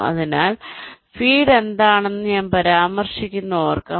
അതിനാൽ ഫീഡ് എന്താണെന്ന് ഞാൻ പരാമർശിക്കുന്നത് ഓർക്കുക